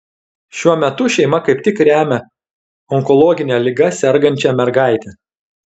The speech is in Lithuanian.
šiuo metu šeima kaip tik remia onkologine liga sergančią mergaitę